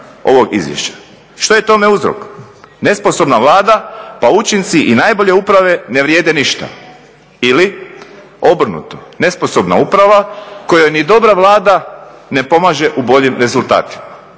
Što je tome uzrok? Nesposobna Vlada pa učinci i najbolje uprave ne vrijede ništa ili obrnuto nesposobna uprava kojoj ni dobra Vlada ne pomaže u boljim rezultatima